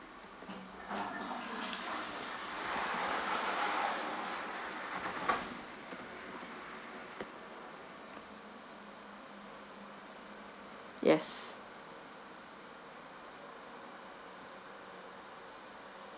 yes